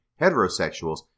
heterosexuals